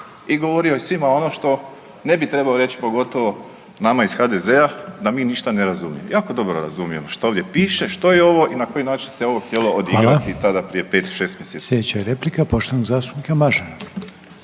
i govorio je svima ono što ne bi trebao reći, pogotovo nama iz HDZ-a da mi ništa ne razumijemo. Jako dobro razumijemo što ovdje piše, što je ovo i na koji način se ovo htjelo odigrati tada prije pet, šest mjeseci. **Reiner, Željko (HDZ)** Hvala.